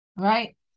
right